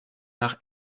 nach